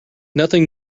nothing